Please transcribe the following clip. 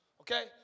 okay